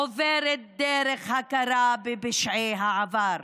עוברת דרך הכרה בפשעי העבר.